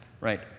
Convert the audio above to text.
right